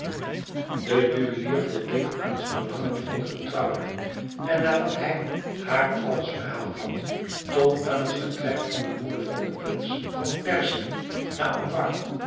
de juwelier voldeed aan het verlangen van de vertrouwde en nadat hij haar alles verhaald had tot aan het vertrek van de moeder van den prins van perzië naar ambar